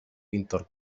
pintor